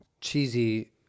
Cheesy